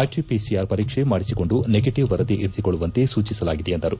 RTPCR ಪರೀಕ್ಷೆ ಮಾಡಿಸಿಕೊಂಡು negative ವರದಿ ಇರಿಸಿಕೊಳ್ಳುವಂತೆ ಸೂಚಿಸಲಾಗಿದೆ ಎಂದರು